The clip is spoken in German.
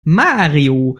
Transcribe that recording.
mario